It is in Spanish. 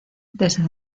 desde